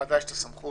לוועדה יש את הסמכות